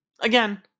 Again